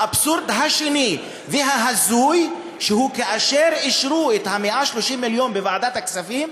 האבסורד השני וההזוי הוא שכאשר אישרו את 130 המיליון בוועדת הכספים,